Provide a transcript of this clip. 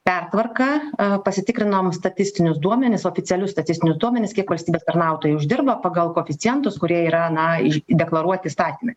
pertvarką pasitikrinom statistinius duomenis oficialius statistinius duomenis kiek valstybės tarnautojai uždirba pagal koeficientus kurie yra na iš deklaruoti įstatyme